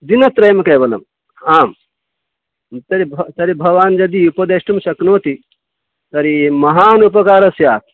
दिनत्रयं केवलम् आम् तर्हि भवान् तर्हि भवान् यदि उपदेष्टुं शक्नोति तर्हि महान् उपकारस्य